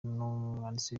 n’umwanditsi